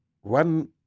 one